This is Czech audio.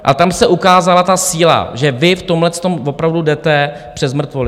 A tam se ukázala ta síla, že vy v tomhletom opravdu jdete přes mrtvoly.